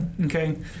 okay